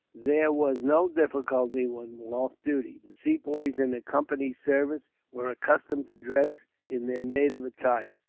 there was no difficulty. when off duty, the sepoys in the company's service were accustomed to dress in their native attire.